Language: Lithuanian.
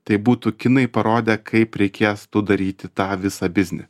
tai būtų kinai parodę kaip reikės daryti tą visą biznį